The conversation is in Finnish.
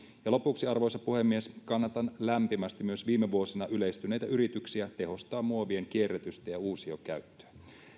lopuksi arvoisa puhemies kannatan lämpimästi myös viime vuosina yleistyneitä yrityksiä tehostaa muovien kierrätystä ja uusiokäyttöä